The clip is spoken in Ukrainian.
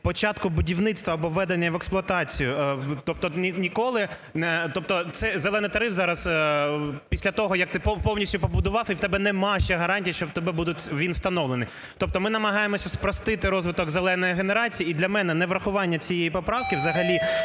початку будівництва або введення в експлуатацію, тобто ніколи… тобто цей "зелений тариф" зараз після того, як ти повністю побудував і в тебе нема ще гарантій, що в тебе буде він встановлений. Тобто ми намагаємося спростити розвиток "зеленої" генерації і для мене неврахування цієї поправки – взагалі